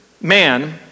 man